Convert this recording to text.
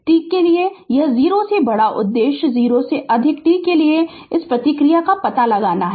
t के लिए 0 से बड़ा उद्देश्य 0 से अधिक t के लिए प्रतिक्रिया का पता लगाना है